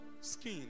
Skin